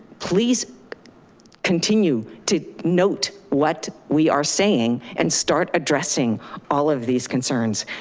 please continue to note what we are saying and start addressing all of these concerns.